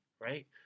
right